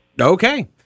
Okay